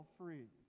free